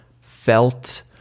felt